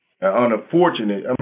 unfortunate